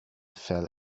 fell